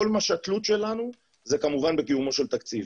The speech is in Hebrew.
כל התלות שלנו זה כמובן בקיומו של תקציב